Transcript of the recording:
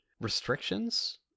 restrictions